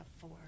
four